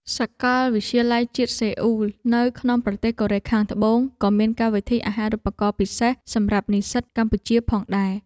សាកលវិទ្យាល័យជាតិសេអ៊ូល នៅក្នុងប្រទេសកូរ៉េខាងត្បូងក៏មានកម្មវិធីអាហារូបករណ៍ពិសេសសម្រាប់និស្សិតកម្ពុជាផងដែរ។